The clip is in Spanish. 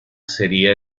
sería